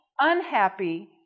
unhappy